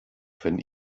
wenn